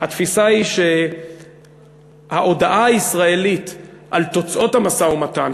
התפיסה היא שההודעה הישראלית על תוצאות המשא-ומתן,